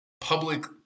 public